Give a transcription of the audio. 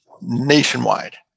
nationwide